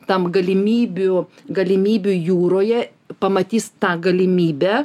tam galimybių galimybių jūroje pamatys tą galimybę